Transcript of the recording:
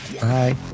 Bye